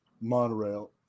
Monorail